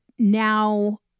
Now